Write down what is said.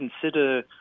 consider